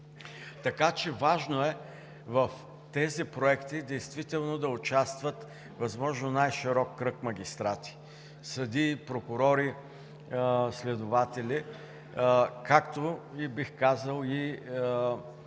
Така че е важно в тези проекти действително да участват възможно най-широк кръг магистрати – съдии, прокурори, следователи, както, бих казал, и обичайните,